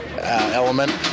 element